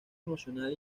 emocional